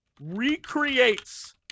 recreates